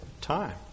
time